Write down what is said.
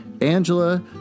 Angela